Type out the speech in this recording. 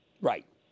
Right